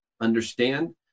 understand